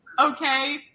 Okay